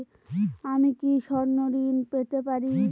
আমি কি স্বর্ণ ঋণ পেতে পারি?